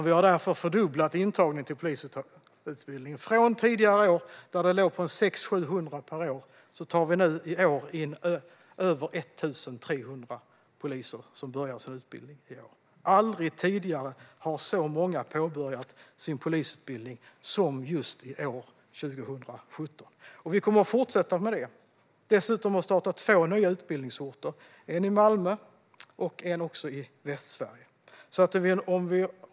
Vi har därför fördubblat intagningen till polisutbildningen från tidigare år när de var 600-700 per år till i år över 1 300 som påbörjar polisutbildningen. Aldrig tidigare har så många påbörjat sin polisutbildning som just i år, 2017. Vi kommer att fortsätta med detta. Dessutom har två nya utbildningsorter startat - en i Malmö och en i Västsverige.